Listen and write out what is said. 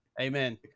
amen